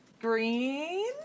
Green